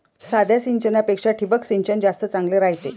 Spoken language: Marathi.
साध्या सिंचनापेक्षा ठिबक सिंचन जास्त चांगले रायते